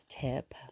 tip